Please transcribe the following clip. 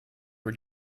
were